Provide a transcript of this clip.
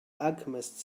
alchemist